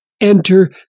enter